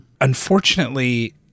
Unfortunately